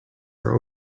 are